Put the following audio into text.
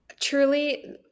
Truly